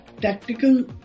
tactical